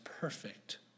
perfect